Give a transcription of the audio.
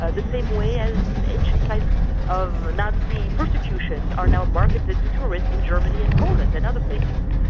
ah the same way as ancient sites of nazi persecutions are now marketed to tourists in germany and poland and other places.